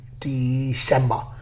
December